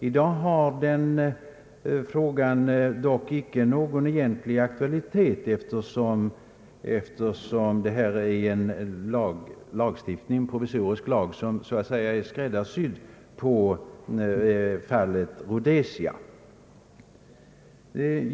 I dag har den frågan dock icke egentlig aktualitet eftersom detta är en provisorisk lag som är »skräddarsydd» på fallet Rhodesia.